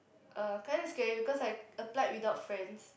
uh kind of scary because I applied without friends